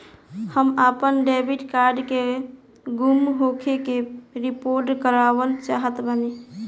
हम आपन debit card के गुम होखे के रिपोर्ट करवाना चाहत बानी